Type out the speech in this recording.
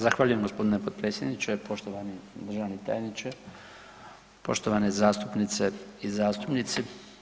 Zahvaljujem g. potpredsjedniče, poštovani državni tajniče, poštovane zastupnice i zastupnici.